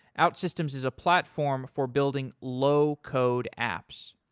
outsystems is a platform for building low code apps.